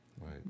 Right